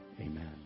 Amen